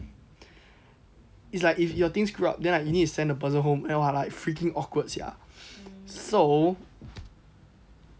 it's like if your things grew up then you need to send the person home and then like what freaking awkward [sial] so